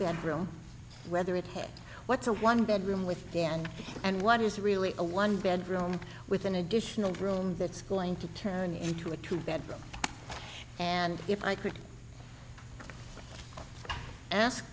bedroom whether it had what's a one bedroom with dan and what is really a one bedroom with an additional room that's going to turn into a two bedroom and if i could ask